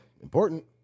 important